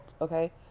okay